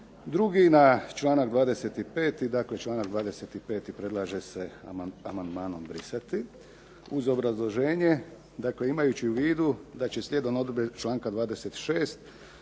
dakle članak 25. predlaže se amandmanom brisati, uz obrazloženje dakle imajući u vidu da će slijedom odredbe članka 26.